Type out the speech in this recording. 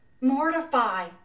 mortify